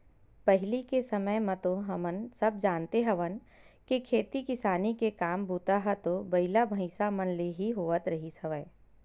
पहिली के समे म तो हमन सब जानते हवन के खेती किसानी के काम बूता ह तो बइला, भइसा मन ले ही होवत रिहिस हवय